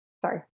sorry